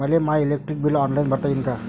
मले my electric bill online भरता येईन का?